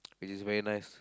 which is very nice